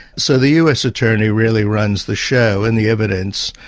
so the us attorney really runs the show, and the evidence,